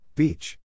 Beach